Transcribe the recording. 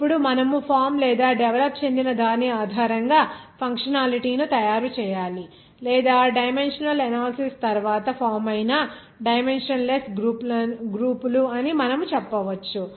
ఇప్పుడు మనము ఫామ్ లేదా డెవలప్ చెందిన దాని ఆధారంగా ఫంక్షనాలిటీ ను తయారు చేయాలి లేదా డైమెన్షనల్ అనాలసిస్ తరువాత ఫామ్ ఐన డైమెన్షన్ లెస్ గ్రూపులు అని మనము చెప్పవచ్చు